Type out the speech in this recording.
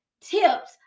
tips